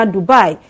Dubai